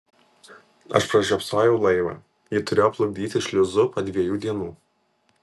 aš pražiopsojau laivą jį turėjo plukdyti šliuzu po dviejų dienų